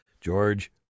George